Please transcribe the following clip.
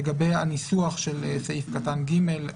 לגבי הניסוח של סעיף קטן (ג),